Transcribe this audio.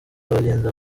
abagenzi